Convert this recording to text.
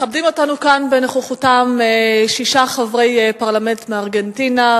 מכבדים אותנו כאן בנוכחותם שישה חברי פרלמנט מארגנטינה,